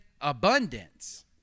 abundance